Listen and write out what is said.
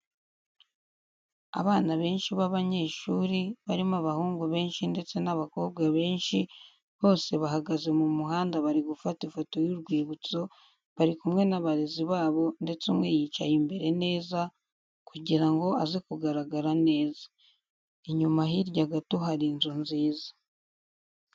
Abana benshi b'abanyeshuri, barimo abahungu benshi ndetse n'abakobwa benshi bose bahagaze mu muhanda bari gufata ifoto y'urwibutso, bari kumwe n'abarezi babo ndetse umwe yicaye imbere neza kugira ngo aze kugaragara neza. inyuma hirya gato hari inzu nziza.